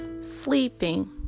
Sleeping